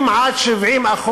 60% 70%,